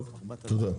טוב, תודה.